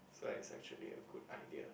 so it's actually a good idea